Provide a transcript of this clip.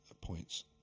points